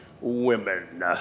women